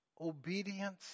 obedience